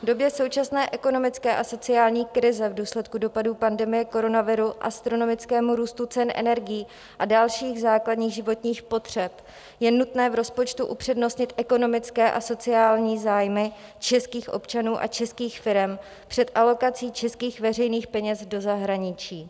V době současné ekonomické a sociální krize, v důsledku dopadů pandemie koronaviru, astronomického růstu cen energií a dalších základních životních potřeb je nutné v rozpočtu upřednostnit ekonomické a sociální zájmy českých občanů a českých firem před alokací českých veřejných peněz do zahraničí.